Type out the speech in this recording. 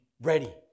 ready